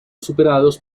superados